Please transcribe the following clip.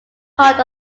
heart